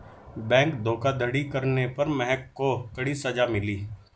bank धोखाधड़ी करने पर महक को कड़ी सजा मिली